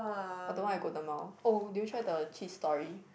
or the one at Golden-Mile oh did you try the Cheese Story